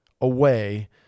away